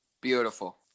Beautiful